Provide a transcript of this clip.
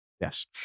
Yes